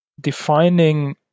defining